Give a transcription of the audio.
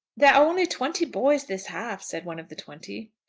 there are only twenty boys this half, said one of the twenty.